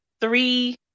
three